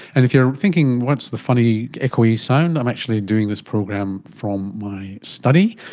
and if you're thinking what's the funny echoey sound, i'm actually doing this program from my study,